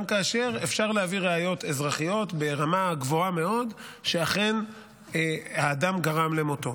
גם כאשר אפשר להביא ראיות אזרחיות ברמה גבוהה מאוד שאכן האדם גרם למותו.